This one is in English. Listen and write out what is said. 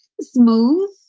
smooth